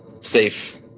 safe